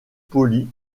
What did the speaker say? poli